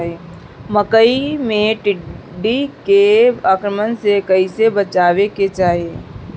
मकई मे टिड्डी के आक्रमण से कइसे बचावे के चाही?